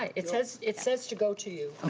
it says it says to go to you.